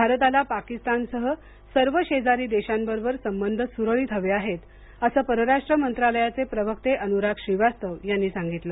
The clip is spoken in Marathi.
भारताला पाकिस्तानसह सर्व शेजारी देशांबरोबर संबंध सुरळीत हवे आहेत असं परराष्ट्र मंत्रालयाचे प्रवक्ते अनुराग श्रीवास्तव यांनी सांगितलं